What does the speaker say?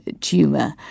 tumor